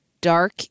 dark